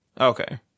Okay